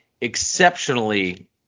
exceptionally